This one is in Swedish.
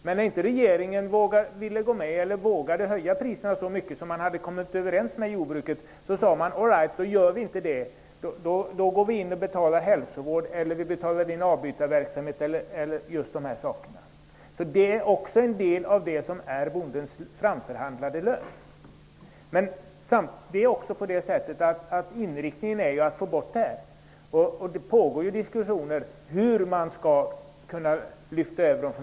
Men när regeringen inte ville eller vågade höja priserna så mycket som man hade kommit överens med jordbrukets företrädare om sade man: Vi höjer inte priserna, vi betalar hälsovård, avbytarverksamhet eller någon av de andra sakerna i stället. Det är också en del av bondens framförhandlade lön. Inriktningen är att få bort detta. Det pågår diskussioner om hur man skall göra.